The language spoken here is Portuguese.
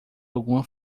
alguma